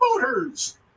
voters